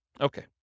Okay